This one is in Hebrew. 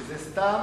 וזה סתם